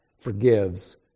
forgives